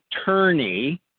attorney